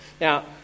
Now